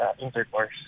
intercourse